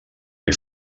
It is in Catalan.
que